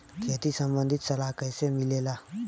खेती संबंधित सलाह कैसे मिलेला?